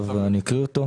אני עכשיו אקריא אותה.